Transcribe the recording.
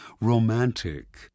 romantic